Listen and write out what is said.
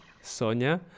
Sonia